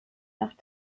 nach